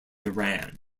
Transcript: iran